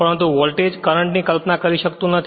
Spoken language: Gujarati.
પરંતુ વોલ્ટેજ કરંટ ની કલ્પના કરી શકતું નથી